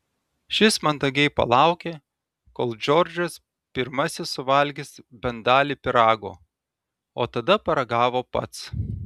šis mandagiai palaukė kol džordžas pirmasis suvalgys bent dalį pyrago o tada paragavo pats